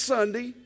Sunday